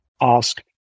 ask